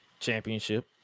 Championship